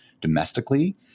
domestically